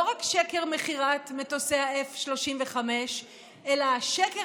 לא רק שקר מכירת מטוסי F-35 אלא השקר